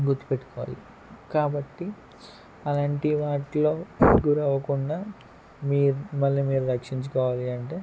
గుర్తుపెట్టుకోవాలి కాబట్టి అలాంటి వాటిలో గురి అవ్వకుండా మీరు మిమ్మల్ని మీరు రక్షించుకోవాలి అంటే